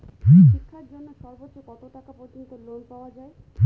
শিক্ষার জন্য সর্বোচ্চ কত টাকা পর্যন্ত লোন পাওয়া য়ায়?